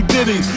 Diddy